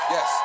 Yes